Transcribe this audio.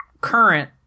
current